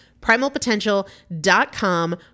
Primalpotential.com